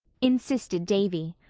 insisted davy.